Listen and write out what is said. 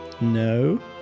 No